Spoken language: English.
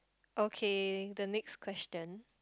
okay the next question